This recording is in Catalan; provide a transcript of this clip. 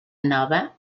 nova